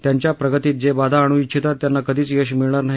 त्यांच्या प्रगतीत जे बाधा आणू इच्छितात त्यांना कधीच यश मिळणार नाही